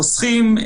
עם החוסכים.